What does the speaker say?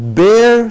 bear